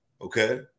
okay